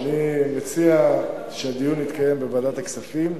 אני מציע שהדיון יתקיים בוועדת הכספים.